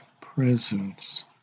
presence